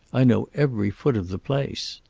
i know every foot of the place.